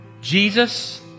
Jesus